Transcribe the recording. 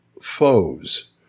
foes